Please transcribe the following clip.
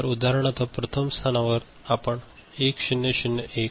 तर उदाहरणार्थ प्रथम स्थानावर आपण 1 0 0 1